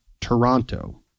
Toronto